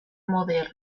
moderno